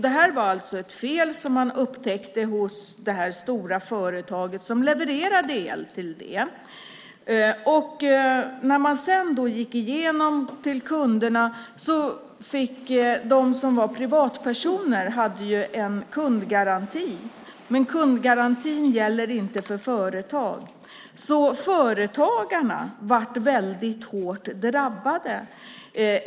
Detta var alltså ett fel som man upptäckte hos det stora företaget som levererade el. Bolaget gjorde sedan en genomgång av detta, och privatpersonerna har en kundgaranti, men kundgarantin gäller inte företag. Företagarna blev därför hårt drabbade.